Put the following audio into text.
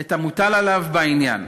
את המוטל עליו בעניין.